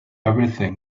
everything